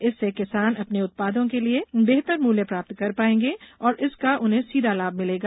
इससे किसान अपने उत्पादों के लिए बेहतर मूल्य प्राप्त कर पाएंगे और इसका उन्हें सीधा लाभ मिलेगा